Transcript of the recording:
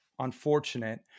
unfortunate